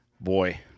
Boy